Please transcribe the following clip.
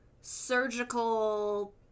surgical